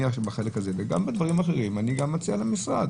וגם בדברים אחרים, אני גם מציע למשרד